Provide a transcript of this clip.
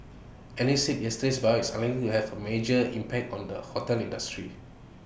analysts said yesterday's buyout is unlikely to have A major impact on the hotel industry